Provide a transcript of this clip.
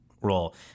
role